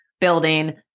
building